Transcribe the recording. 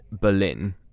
Berlin